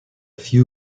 few